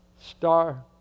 star